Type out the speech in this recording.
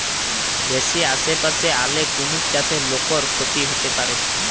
বেশি আশেপাশে আলে কুমির চাষে লোকর ক্ষতি হতে পারে